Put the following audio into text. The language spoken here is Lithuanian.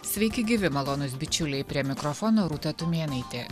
sveiki gyvi malonūs bičiuliai prie mikrofono rūta tumėnaitė